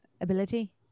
ability